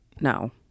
No